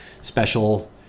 special